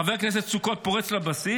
חבר הכנסת סוכות פורץ לבסיס,